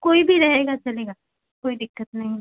कोई भी रहेगा चलेगा कोई दिक्कत नहीं है